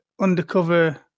undercover